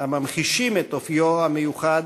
הממחישים את אופיו המיוחד,